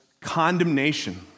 condemnation